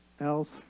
else